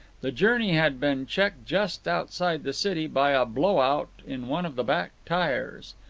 the journey had been checked just outside the city by a blow-out in one of the back tyres.